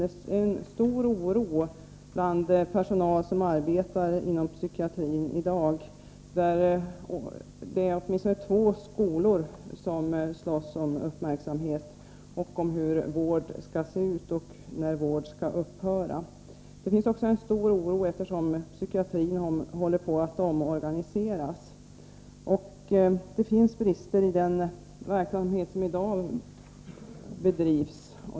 Det finns i dag en stor oro hos den personal som arbetar inom psykiatrin. Det finns åtminstone två skolor som slåss om uppmärksamhet och om hur vården skall se ut och om när vården skall upphöra. Det finns en stor oro också på grund av att psykiatrin håller på att omorganiseras. Det finns brister i den verksamhet som i dag bedrivs.